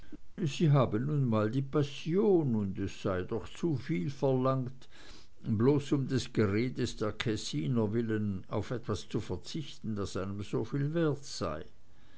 sie habe nun mal die passion und es sei doch zuviel verlangt bloß um des geredes der kessiner willen auf etwas zu verzichten das einem so viel wert sei